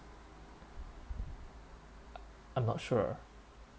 I'm not sure